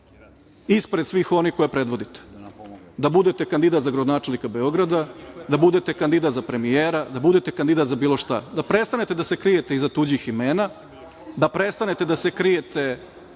ispred svih onih koje predvodite, da budete kandidat za gradonačelnika Beograda, da budete kandidat za premijera, da budete kandidat za bilo šta. Da prestanete da se krijete iza tuđih imena, da prestanete da se krijete